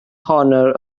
honor